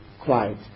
quiet